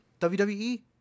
WWE